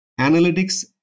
analytics